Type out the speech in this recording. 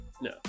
No